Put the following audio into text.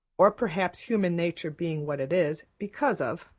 or perhaps, human nature being what it is, because of.